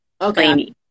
Okay